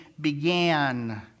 began